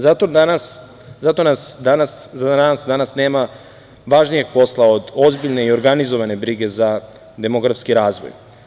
Zato za nas danas nema važnijeg posla od ozbiljne i organizovane brige za demografski razvoj.